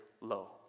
low